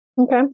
Okay